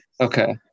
Okay